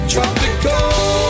Tropical